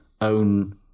own